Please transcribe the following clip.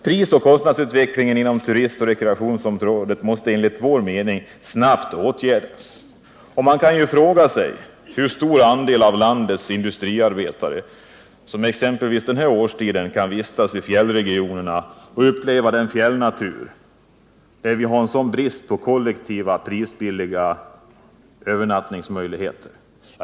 Prisoch kostnadsutvecklingen inom turistoch rekreationsområdet måste enligt vår mening snabbt åtgärdas. Man kan ju fråga sig hur många av landets industriarbetare som exempelvis den här årstiden kan vistas i fjällregionerna och uppleva naturen där, när det råder sådan brist på prisbilliga övernattningsmöjligheter.